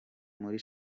muri